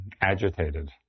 agitated